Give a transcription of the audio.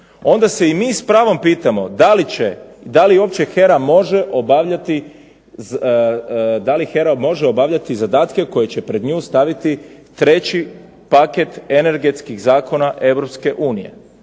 onda se i mi s pravom pitamo da li će, da li uopće HERA može obavljati zadatke koje će pred nju staviti treći paket energetskih zakona